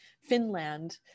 Finland